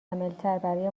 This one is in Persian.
برای